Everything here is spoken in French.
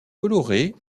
coloré